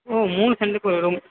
ஓ மூணு செண்ட்டுக்கு ஒரு ரூம்